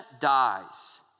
dies